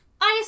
ICE